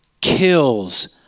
kills